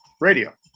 radio